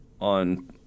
on